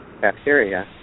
bacteria